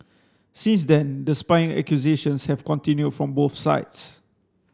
since then the spying accusations have continued from both sides